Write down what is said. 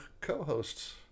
co-hosts